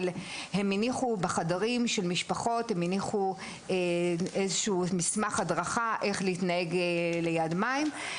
אבל הם הניחו בחדרים של משפחות מסמך הדרכה לגבי איך להתנהג ליד מים.